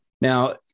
Now